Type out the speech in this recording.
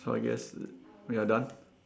so I guess we are done